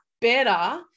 better